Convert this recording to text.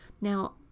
Now